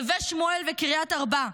נווה שמואל וקריית ארבע,